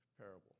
parable